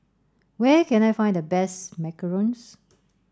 where can I find the best Macarons